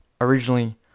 originally